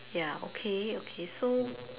ya okay okay so